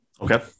Okay